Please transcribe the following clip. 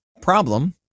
Problem